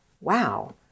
wow